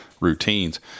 routines